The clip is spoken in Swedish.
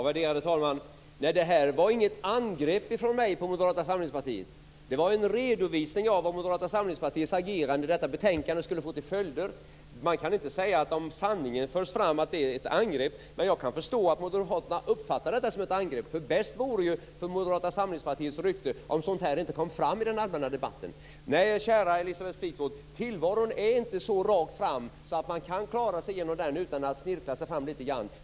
Värderade talman! Detta var inget angrepp från mig på Moderata samlingspartiet. Det var en redovisning av vad Moderata samlingspartiets agerande i detta betänkande skulle få för följder. Om sanningen förs fram kan man inte säga att det är ett angrepp. Men jag kan förstå att Moderaterna uppfattar detta som ett angrepp. Bäst för Moderata samlingspartiets rykte vore om sådant här inte kom fram i den allmänna debatten. Nej, kära Elisabeth Fleetwood, tillvaron är inte så rakt fram att man kan klara sig igenom den utan att snirkla sig fram litet grand.